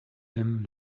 them